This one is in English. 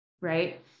right